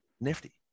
Nifty